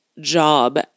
job